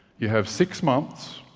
you have six months,